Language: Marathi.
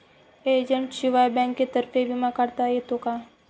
एजंटशिवाय बँकेतर्फे विमा काढता येतो का?